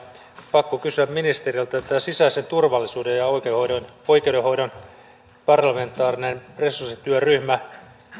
pakko kysyä ministeriltä sisäisen turvallisuuden ja oikeudenhoidon parlamentaarinen resurssityöryhmä